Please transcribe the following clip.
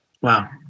Wow